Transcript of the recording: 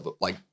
like-